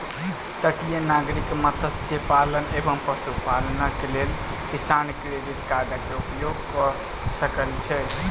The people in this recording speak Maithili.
तटीय नागरिक मत्स्य पालन एवं पशुपालनक लेल किसान क्रेडिट कार्डक उपयोग कय सकै छै